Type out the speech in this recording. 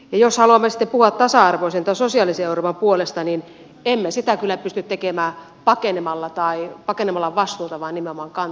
ja jos haluamme sitten puhua tasa arvoisen tai sosiaalisen euroopan puolesta niin emme sitä kyllä pysty tekemään pakenemalla vastuuta vaan nimenomaan kantamalla sitä